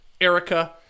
Erica